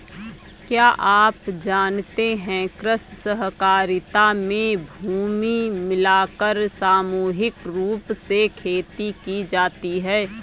क्या आप जानते है कृषि सहकारिता में भूमि मिलाकर सामूहिक रूप से खेती की जाती है?